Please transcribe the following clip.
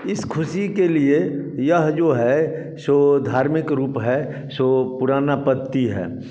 इस ख़ुशी के लिए यह जो है सो धार्मिक रूप है सो पुराना पत्ती है